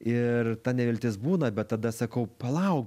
ir ta neviltis būna bet tada sakau palauk